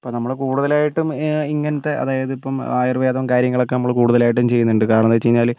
ഇപ്പം നമ്മൾ കൂടുതലായിട്ടും ഇങ്ങനത്തെ അതായത് ഇപ്പം ആയുർവേദം കാര്യങ്ങളൊക്കെ നമ്മൾ കൂടുതലായിട്ടും ചെയ്യുന്നുണ്ട് കാരണമെന്ന് വെച്ച് കഴിഞ്ഞാൽ